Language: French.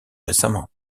récemment